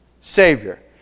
savior